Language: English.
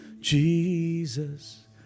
Jesus